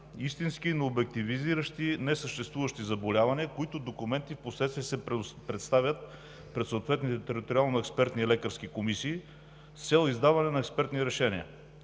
истински, но обективизиращи несъществуващи заболявания, които документи впоследствие се представят пред съответните териториални експертни лекарски комисии с цел издаване на експертни решения.